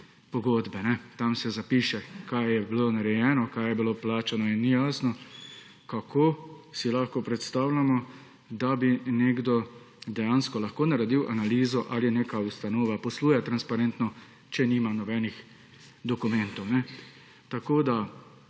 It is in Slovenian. pogodbe, tam se zapiše kaj je bilo narejeno, kaj je bilo plačano? Ni jasno kako si lahko predstavljamo, da bi nekdo dejansko lahko naredil analizo ali neka ustanova posluje transparentno, če nima nobenih dokumentov. Neka